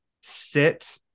sit